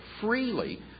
freely